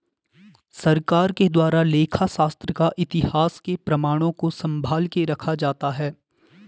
सरकार के द्वारा लेखा शास्त्र का इतिहास के प्रमाणों को सम्भाल के रखा जाता है